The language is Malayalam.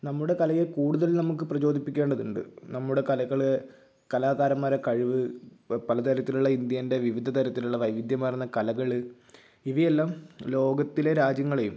നമ്മുടെ കലയെ കൂടുതൽ നമുക്ക് പ്രചോദിപ്പിക്കേണ്ടതുണ്ട് നമ്മുടെ കലകൾ കലാകാരന്മാരുടെ കഴിവ് പ പലതരത്തിലുള്ള ഇന്ത്യയുടെ വിവിധ തരത്തിലുള്ള വൈവിധ്യമാർന്ന കലകൾ ഇവയെല്ലാം ലോകത്തിലെ രാജ്യങ്ങളെയും